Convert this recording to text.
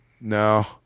no